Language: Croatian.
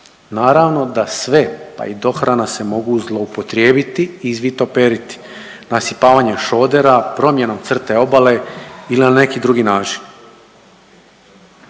Naravno da sve, pa i dohrana se mogu zloupotrijebiti i izvitoperiti, nasipavanje šodera, promjenom crte obale ili na neki drugi način.